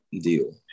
deal